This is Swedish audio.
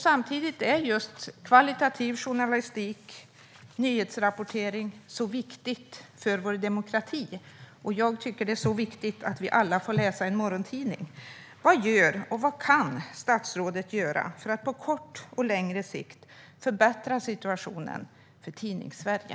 Samtidigt är just högkvalitativ journalistik och nyhetsrapportering av stor vikt för vår demokrati, och jag tycker själv att det är viktigt att vi alla får läsa en morgontidning. Vad gör statsrådet - och vad kan statsrådet göra - för att på kort sikt och på längre sikt förbättra situationen för Tidningssverige?